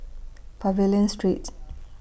Pavilion Street